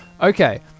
Okay